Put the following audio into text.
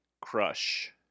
crush